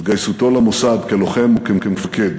התגייסותו למוסד כלוחם וכמפקד,